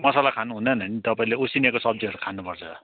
मसला खानु हुँदैन नि तपाईँले उसिनेको सब्जीहरू खानुपर्छ